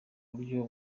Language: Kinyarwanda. buryo